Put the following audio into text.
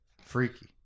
Freaky